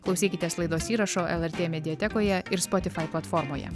klausykitės laidos įrašo lrt mediatekoje ir spotifai platformoje